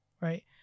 right